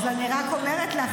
אז אני רק אומרת לך,